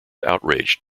outraged